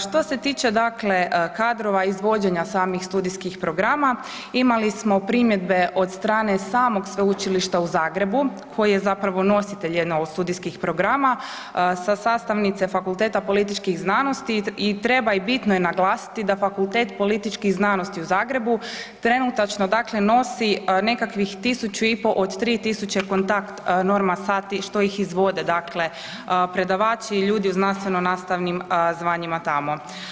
Što se tiče dakle kadrova izvođenja samih studijskih programa imali smo primjedbe od strane samog Sveučilišta u Zagrebu koji je zapravo nositelj jedne od studijskih programa, sa sastavnice Fakulteta političkih znanosti i treba i bitno je naglasiti da Fakultet političkih znanosti u Zagrebu trenutačno dakle nosi nekakvih 1500 od 3000 kontakt norma sati što ih izvode, dakle predavači, ljudi u znanstveno nastavnim zvanjima tamo.